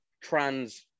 trans